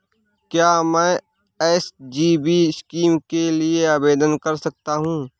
क्या मैं SGB scheme के लिए आवेदन कर सकता हूँ?